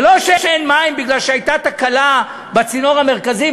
ולא שאין מים כי הייתה תקלה בצינור המרכזי,